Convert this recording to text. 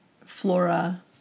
flora